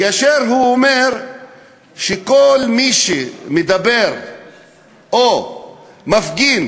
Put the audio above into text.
כאשר הוא אומר שכל מי שמדבר או מפגין